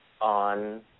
on